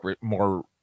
more